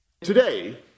Today